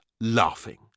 laughing